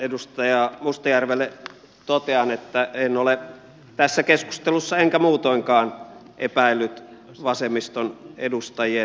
edustaja mustajärvelle totean että en ole tässä keskustelussa enkä muutoinkaan epäillyt vasemmiston edustajien isänmaallisuutta